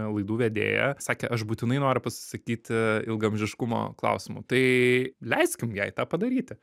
laidų vedėja sakė aš būtinai noriu pasipasakyt ilgaamžiškumo klausimu tai leiskim jai tą padaryti